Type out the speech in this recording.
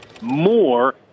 more